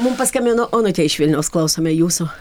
mum paskambino onutė iš vilniaus klausome jūsų